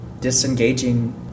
disengaging